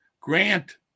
Grant